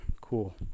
cool